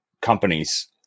companies